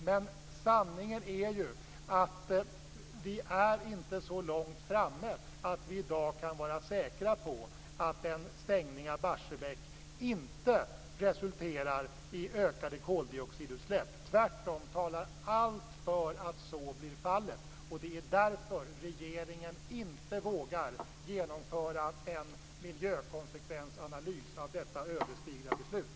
Men sanningen är ju att vi inte är så långt framme att vi i dag kan vara säkra på att en stängning av Barsebäck inte resulterar i ökade koldioxidutsläpp. Tvärtom talar allt för att så blir fallet. Det är därför regeringen inte vågar genomföra en miljökonsekvensanalys av detta ödesdigra beslut.